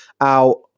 out